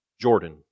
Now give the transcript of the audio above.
Jordan